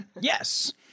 Yes